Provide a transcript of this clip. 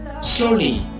slowly